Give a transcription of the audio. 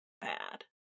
bad